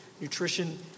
nutrition